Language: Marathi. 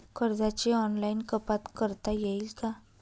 कर्जाची ऑनलाईन कपात करता येईल का?